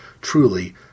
truly